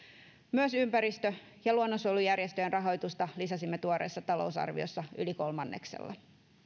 myös ympäristö ja luonnonsuojelujärjestöjen rahoitusta lisäsimme tuoreessa talousarviossa yli kolmanneksella